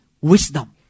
wisdom